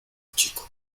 chico